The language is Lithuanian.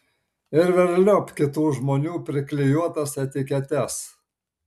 ir velniop kitų žmonių priklijuotas etiketes